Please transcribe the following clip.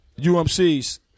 UMCs